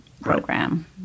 program